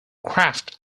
craft